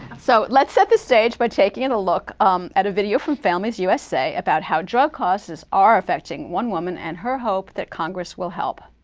so let's set the stage by taking and a look um at a video from families usa about how drug costs are affecting one woman, and her hope that congress will help.